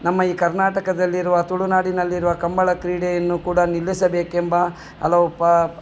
ನಮ್ಮ ಈ ಕರ್ನಾಟಕದಲ್ಲಿರುವ ತುಳುನಾಡಿನಲ್ಲಿರುವ ಕಂಬಳ ಕ್ರೀಡೆಯನ್ನು ಕೂಡ ನಿಲ್ಲಿಸಬೇಕೆಂಬ ಹಲವು ಪ